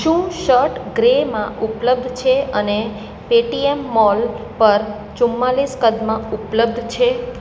શું શર્ટ ગ્રેમાં ઉપલબ્ધ છે અને પેટીએમ મોલ પર ચુંમાલીસ કદમાં ઉપલબ્ધ છે